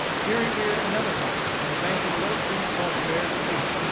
here he reared another hut, on the banks of a little stream called bear's creek.